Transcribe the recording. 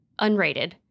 Unrated